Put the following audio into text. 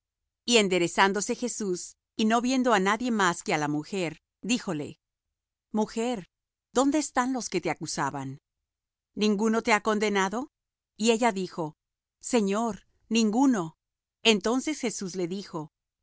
y enderezándose jesús y no viendo á nadie más que á la mujer díjole mujer dónde están los que te acusaban ninguno te ha condenado y ella dijo señor ninguno entonces jesús le dijo